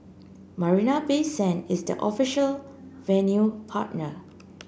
Marina Bay Sand is the official venue partner